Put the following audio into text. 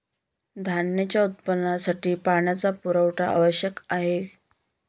धान्याच्या उत्पादनासाठी पाण्याचा पुरवठा आवश्यक आहे